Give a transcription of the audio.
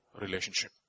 relationship